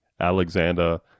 Alexander